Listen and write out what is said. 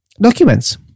documents